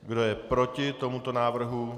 Kdo je proti tomuto návrhu?